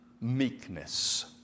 meekness